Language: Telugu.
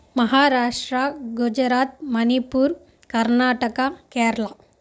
మహారాష్ట్ర గుజరాత్ మణిపూర్ కర్ణాటక కేరళ